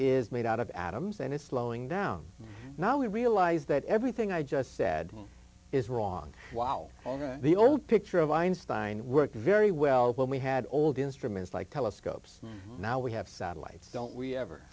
is made out of atoms and it's slowing down now we realize that everything i just said is wrong while the old picture of einstein worked very well when we had old instruments like telescopes and now we have satellites don't we ever